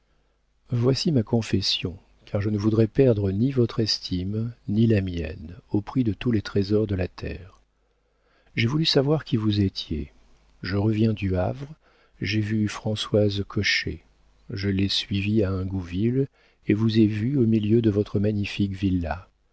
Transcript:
voici ma confession car je ne voudrais perdre ni votre estime ni la mienne au prix de tous les trésors de la terre j'ai voulu savoir qui vous étiez je reviens du havre où j'ai vu françoise cochet je l'ai suivie à ingouville et vous ai vue au milieu de votre magnifique villa